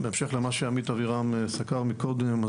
בהמשך למה שעמית אבירם סקר קודם לכן,